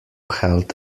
held